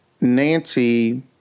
Nancy